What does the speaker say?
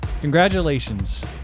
Congratulations